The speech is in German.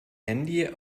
handy